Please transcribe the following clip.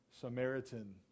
Samaritan